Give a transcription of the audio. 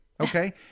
Okay